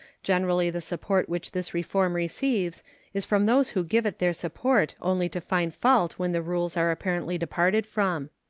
generally the support which this reform receives is from those who give it their support only to find fault when the rules are apparently departed from.